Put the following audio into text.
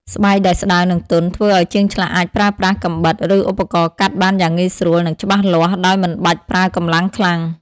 ស្បែកដែលស្តើង និងទន់ ធ្វើឱ្យជាងឆ្លាក់អាចប្រើប្រាស់កាំបិត ឬឧបករណ៍កាត់បានយ៉ាងងាយស្រួល និងច្បាស់លាស់ ដោយមិនបាច់ប្រើកម្លាំងខ្លាំង។